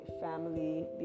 family